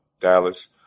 Dallas